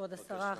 כבוד השרה,